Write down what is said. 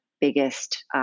biggest